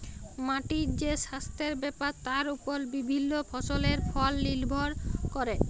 মাটির যে সাস্থের ব্যাপার তার ওপর বিভিল্য ফসলের ফল লির্ভর ক্যরে